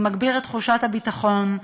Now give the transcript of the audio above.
וזה יגביר את תחושת הביטחון,